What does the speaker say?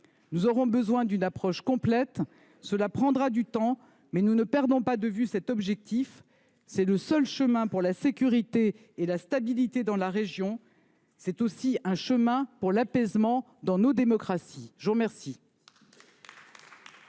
Nous aurons besoin d’une approche complète, et cela prendra du temps, mais nous ne perdons pas de vue cet objectif. C’est le seul chemin pour la sécurité et la stabilité dans la région. C’est aussi un chemin pour l’apaisement dans nos démocraties. La parole